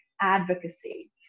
advocacy